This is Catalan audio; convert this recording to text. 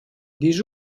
dis